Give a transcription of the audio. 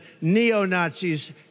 neo-Nazis